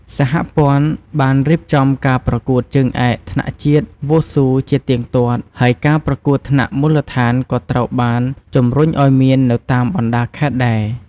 សហព័ន្ធបានរៀបចំការប្រកួតជើងឯកថ្នាក់ជាតិវ៉ូស៊ូជាទៀងទាត់។ហើយការប្រកួតថ្នាក់មូលដ្ឋានក៏ត្រូវបានជំរុញឲ្យមាននៅតាមបណ្ដាខេត្តដែរ។